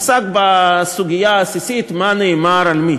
עסק בסוגיה העסיסית מה נאמר על מי.